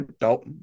nope